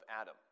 Adam